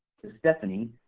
to stephanie,